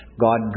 God